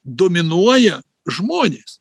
dominuoja žmonės